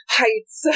heights